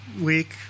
week